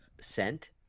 scent